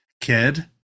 kid